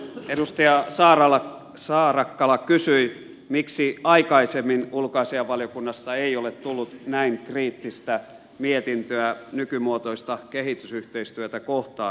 edustaja saarakkala kysyi miksi aikaisemmin ulkoasiainvaliokunnasta ei ole tullut näin kriittistä mietintöä nykymuotoista kehitysyhteistyötä kohtaan